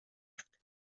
افته